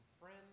friends